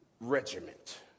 regiment